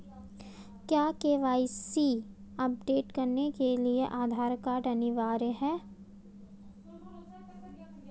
क्या KYC update करने के लिए आधार कार्ड अनिवार्य है?